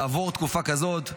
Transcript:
לעבור תקופה כזאת,